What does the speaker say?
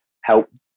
help